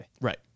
Right